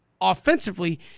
offensively